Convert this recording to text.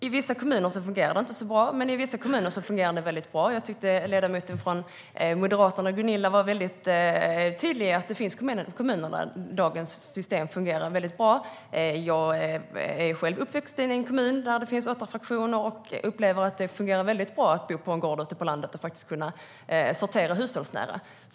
I vissa kommuner fungerar det inte så bra, men i andra fungerar det väldigt bra. Jag tycker att ledamoten Gunilla från Moderaterna var väldigt tydlig i att det finns kommuner där dagens system fungerar väldigt bra. Jag är själv uppväxt i en kommun där det finns åtta fraktioner och upplever att det fungerar bra att bo på en gård ute på landet och faktiskt kunna sortera hushållsnära.